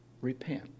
Repent